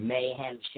Mayhem